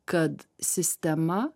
kad sistema